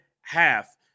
half